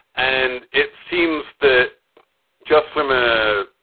and it seems that just from a.